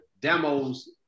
demos